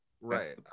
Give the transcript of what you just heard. right